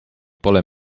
pole